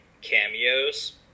cameos